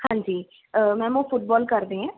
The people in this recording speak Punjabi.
ਹਾਂਜੀ ਮੈਮ ਉਹ ਫੁਟਬਾਲ ਕਰਦੇ ਹੈ